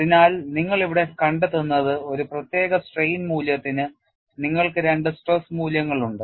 അതിനാൽ നിങ്ങൾ ഇവിടെ കണ്ടെത്തുന്നത് ഒരു പ്രത്യേക സ്ട്രെയിൻ മൂല്യത്തിനു നിങ്ങൾക്ക് രണ്ട് സ്ട്രെസ് മൂല്യങ്ങളുണ്ട്